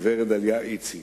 הגברת דליה איציק,